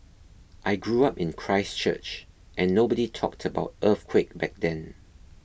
I grew up in Christchurch and nobody talked about earthquake back then